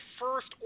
first